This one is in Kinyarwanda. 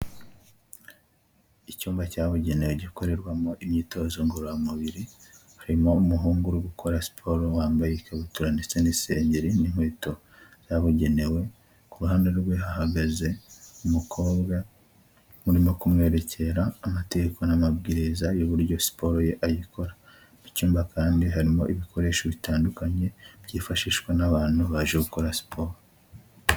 Icyumba cyabugenewe gikorerwamo imyitozo ngororamubiri harimo umuhungu uri gukora siporo wambaye ikabutura ndetse n'isengeri n'inkweto byabugenewe kuruhande rwe hagaze umukobwa baririmo kumwerekera amategeko n'amabwiriza y'uburyo siporo ye ayikora mu cyumba kandi harimo ibikoresho bitandukanye byifashishwa n'abantu baje gukora siporo.